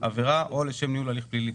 עבירה או לשם ניהול הליך פלילי.